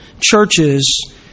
churches